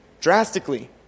drastically